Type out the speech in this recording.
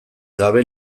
gabe